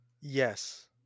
Yes